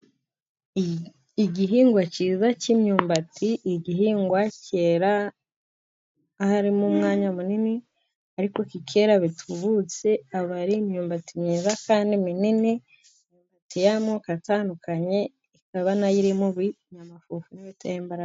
Igihingwa cyiza cy'imyumbati ,igihingwa cyera harimo umwanya munini ariko kikera bitubutse, aba ari imyumbati myiza kandi minini, imyumbati y'amoko atandukanye ,ikaba na yo irimo iby'amafufu n'ibitera imbaraga.